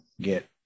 get